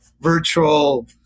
virtual